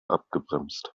abgebremst